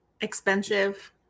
expensive